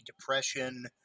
depression